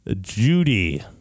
Judy